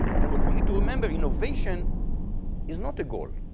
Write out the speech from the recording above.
and what we need to remember, innovation is not a goal.